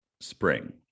spring